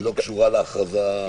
היא לא קשורה להכרזה.